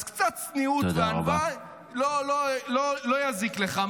אז קצת צניעות וענווה לא יזיקו לך,